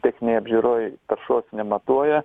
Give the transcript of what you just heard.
techninėj apžiūroj taršos nematuoja